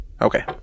Okay